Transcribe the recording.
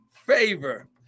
Favor